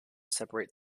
separate